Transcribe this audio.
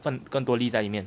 更更多力在里面